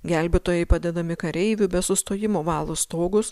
gelbėtojai padedami kareivių be sustojimo valo stogus